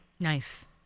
Nice